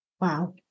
Wow